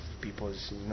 people's